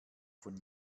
von